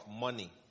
money